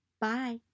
Bye